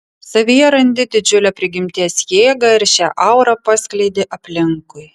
savyje randi didžiulę prigimties jėgą ir šią aurą paskleidi aplinkui